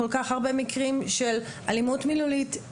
כל כך הרבה מקרים של אלימות מילולית,